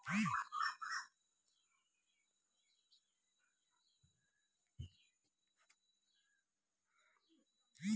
मध्य भारतक मध्य प्रदेश मे सबसँ बेसी बाँस उपजाएल जाइ छै